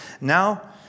Now